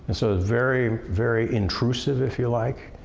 so, very, very intrusive, if you like,